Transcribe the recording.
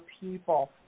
people